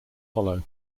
hollow